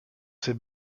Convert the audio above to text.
ces